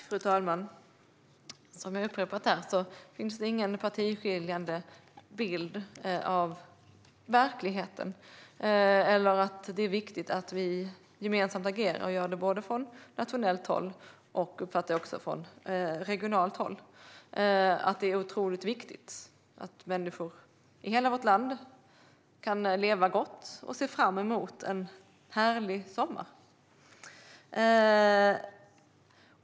Fru talman! Som jag har upprepat finns det ingen partiskiljande bild av verkligheten. Det är viktigt att vi gemensamt agerar, både från nationellt håll och från regionalt håll. Det är otroligt viktigt att människor i hela vårt land kan leva gott och se fram emot en härlig sommar.